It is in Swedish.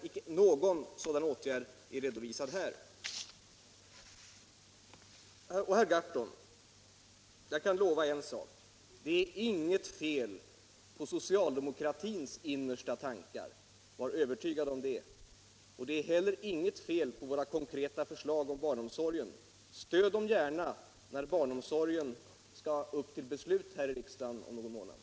Ingen sådan åtgärd finns redovisad här. Jag kan lova en sak, herr Gahrton: Det är inget fel på socialdemokratins innersta tankar. Var övertygad om det! Det är inte heller något fel på våra konkreta förslag beträffande barnomsorgen. Stöd dem gärna när barnomsorgen skall upp till beslut här i riksdagen om någon månad.